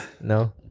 No